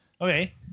Okay